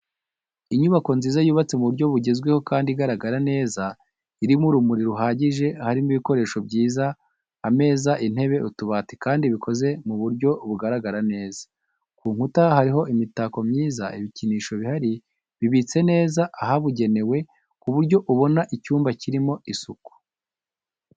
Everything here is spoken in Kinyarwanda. Inyubako nziza yubatse mu buryo bugezweho kandi igaragara neza irimo urumuri ruhagije, harimo ibikoresho byiza, ameza, intebe, utubati kandi bikoze mu buryo bugaragara neza, ku nkuta hariho imitako myiza, ibikinisho bihari bibitse neza ahabugenewe ku buryo ubona icyumba kirimo isuku.